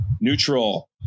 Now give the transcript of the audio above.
neutral